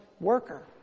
worker